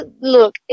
look